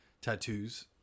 tattoos